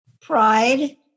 pride